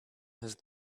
have